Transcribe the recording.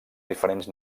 diferents